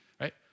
right